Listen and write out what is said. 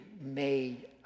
made